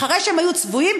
אחרי שהם היו צבועים,